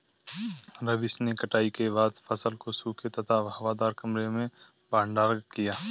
रवीश ने कटाई के बाद फसल को सूखे तथा हवादार कमरे में भंडारण किया